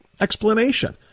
Explanation